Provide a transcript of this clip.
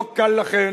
לא קל לכן,